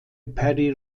perry